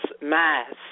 Mass